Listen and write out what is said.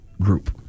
group